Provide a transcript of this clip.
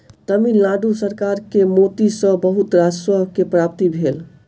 तमिल नाडु सरकार के मोती सॅ बहुत राजस्व के प्राप्ति भेल